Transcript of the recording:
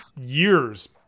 years